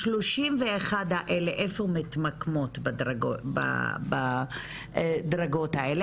ה-31% האלה איפה מתמקמות בדרגות האלה?